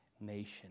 nation